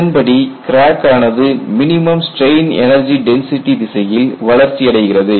இதன்படி கிராக் ஆனது minimum strain energy density திசையில் வளர்ச்சி அடைகிறது